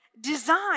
design